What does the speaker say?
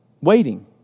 waiting